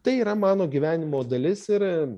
tai yra mano gyvenimo dalis ir